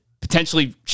potentially